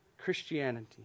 Christianity